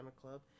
Club